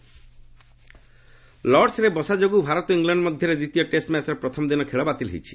cricket ଲର୍ଡ଼ରେ ବର୍ଷା ଯୋଗୁଁ ଭାରତ ଓ ଇଂଲଣ୍ଡ ମଧ୍ୟରେ ଦ୍ୱିତୀୟ ଟେଷ୍ଟ ମ୍ୟାଚ୍ର ପ୍ରଥମ ଦିନ ଖେଳ ବାତିଲ ହୋଇଛି